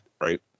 right